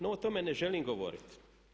No o tome ne želim govoriti.